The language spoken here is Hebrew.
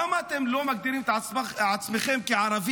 למה אתם לא מגדירים את עצמכם כערבים,